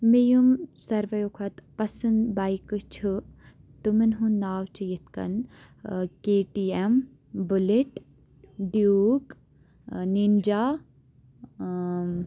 مےٚ یِم ساروٕے کھۄتہٕ پَسنٛد بایکہٕ چھِ تِمَن ہُنٛد ناو چھُ یِتھ کٔنۍ ٲں K T M Bullet Duke ٲں نِنجا